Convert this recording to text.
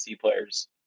players